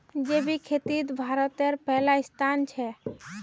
जैविक खेतित भारतेर पहला स्थान छे